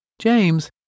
James